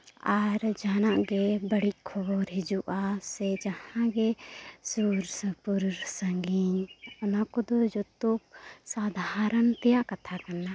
ᱟᱨ ᱡᱟᱦᱟᱱᱟᱜ ᱜᱮ ᱵᱟᱹᱲᱤᱡ ᱠᱷᱚᱵᱚᱨ ᱦᱤᱡᱩᱜᱼᱟ ᱥᱮ ᱡᱟᱦᱟᱸ ᱜᱮ ᱥᱩᱨ ᱥᱩᱯᱩᱨ ᱥᱟᱺᱜᱤᱧ ᱚᱱᱟ ᱠᱚᱫᱚ ᱡᱚᱛᱚ ᱥᱟᱫᱷᱟᱨᱚᱱ ᱛᱮᱭᱟᱜ ᱠᱟᱛᱷᱟ ᱠᱟᱱᱟ